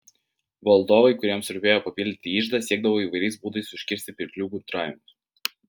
valdovai kuriems rūpėjo papildyti iždą siekdavo įvairiais būdais užkirsti pirklių gudravimus